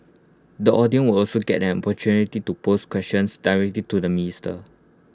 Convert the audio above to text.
the audience will also get an opportunity to pose questions directly to the minister